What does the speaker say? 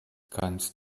kannst